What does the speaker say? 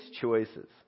choices